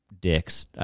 dicks